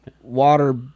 water